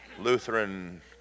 Lutheran